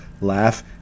Laugh